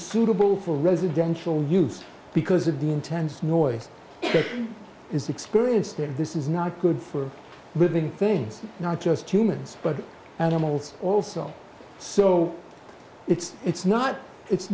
unsuitable for residential use because of the intense noise is experienced and this is not good for building things not just humans but animals also so it's it's not it's